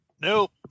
Nope